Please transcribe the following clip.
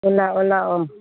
ꯂꯥꯛꯑꯣ ꯂꯥꯛꯑꯣ